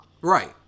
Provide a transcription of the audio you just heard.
Right